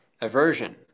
aversion